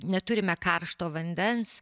neturime karšto vandens